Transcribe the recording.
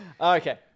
okay